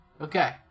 Okay